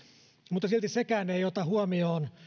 mutta silti sekään ei ota huomioon